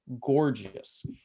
gorgeous